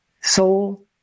soul